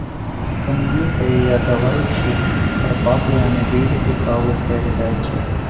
कमौनी कए या दबाइ छीट खरपात यानी बीड केँ काबु कएल जाइत छै